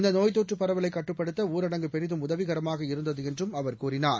இந்த நோய் தொற்று பரவலை கட்டுப்படுத்த ஊரடங்கு பெரிதும் உதவிகரமாக இருந்தது என்றும் அவர் கூறினார்